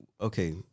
okay